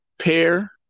pair